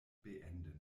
beenden